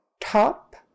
top